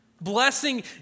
Blessing